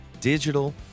digital